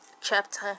chapter